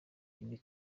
ibi